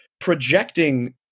projecting